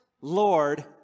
Lord